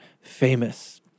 famous